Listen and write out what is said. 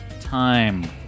time